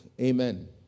Amen